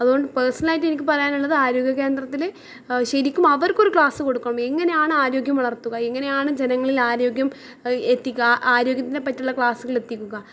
അതുകൊണ്ട് പേഴ്സണാലായിട്ട് എനിക്ക് പറയാനുള്ളത് ആരോഗ്യകേന്ദ്രത്തില് ശെരിക്കും അവർക്കൊര് ക്ലാസ്സ് കൊടുക്കും എങ്ങനെയാണ് ആരോഗ്യം വളർത്തുക എങ്ങനെയാണ് ജനങ്ങളിൽ ആരോഗ്യം എത്തിക്കുക ആരോഗ്യത്തിനെപ്പറ്റിയുള്ള ക്ലാസ്സ്കളെത്തിക്കുക